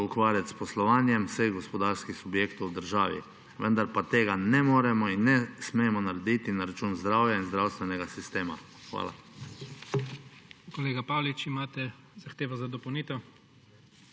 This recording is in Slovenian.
ukvarjanje s poslovanjem vseh gospodarskih subjektov v državi. Vendar pa tega ne moremo in ne smemo narediti na račun zdravja in zdravstvenega sistema. Hvala.